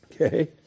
Okay